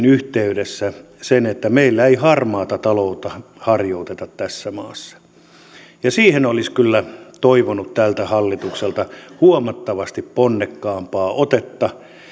yhteydessä sen että meillä ei harmaata taloutta harjoiteta tässä maassa ja siihen olisi kyllä toivonut tältä hallitukselta huomattavasti ponnekkaampaa otetta